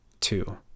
two